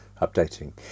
updating